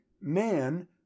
man